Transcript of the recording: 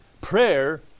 Prayer